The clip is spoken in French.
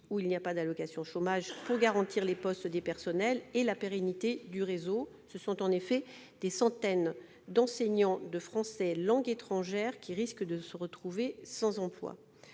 où il n'y a pas d'allocations chômage pour garantir les postes des personnels et la pérennité du réseau. Ce sont en effet des centaines d'enseignants de français langue étrangère qui risquent de se retrouver sans emploi.